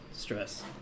stress